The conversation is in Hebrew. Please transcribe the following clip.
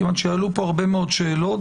מכיוון שעלו פה הרבה מאוד שאלות,